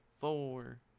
Four